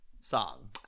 song